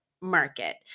market